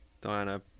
Diana